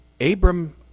Abram